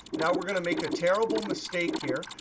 now we're going to make a terrible mistake here.